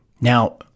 Now